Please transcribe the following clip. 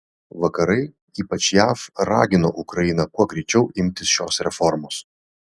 vakarai ypač jav ragino ukrainą kuo greičiau imtis šios reformos